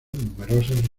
numerosas